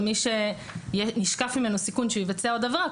מי שנשקף ממנו סיכון שיבצע עוד עבירה,